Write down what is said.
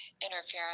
interference